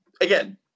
Again